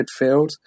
midfield